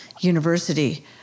University